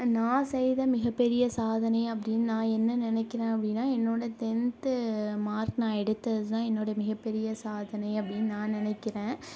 நான் செய்த மிகப்பெரிய சாதனை அப்படின்னு நான் என்ன நினக்கிறேன் அப்படின்னா என்னோடய டென்த்து மார்க் நான் எடுத்ததுதான் என்னோடய மிகப்பெரிய சாதனை அப்படின்னு நான் நினக்கிறேன்